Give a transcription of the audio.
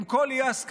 עם כל האי-הסכמות,